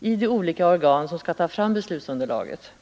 i de olika organ som skall ta fram beslutsunderlaget.